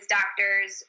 doctors